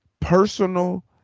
Personal